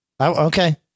Okay